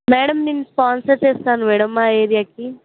madam నేను sponsor చేస్తాను madam మా ఏరియాకి